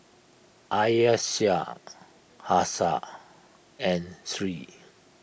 Aisyah Hafsa and Sri